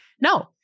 no